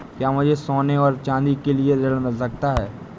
क्या मुझे सोने और चाँदी के लिए ऋण मिल सकता है?